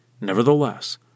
Nevertheless